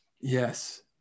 Yes